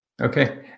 Okay